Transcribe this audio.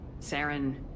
Saren